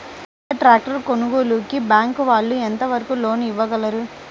పెద్ద ట్రాక్టర్ కొనుగోలుకి బ్యాంకు వాళ్ళు ఎంత వరకు లోన్ ఇవ్వగలరు?